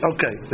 Okay